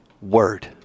word